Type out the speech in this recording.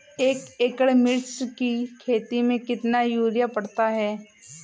एक एकड़ मिर्च की खेती में कितना यूरिया पड़ता है?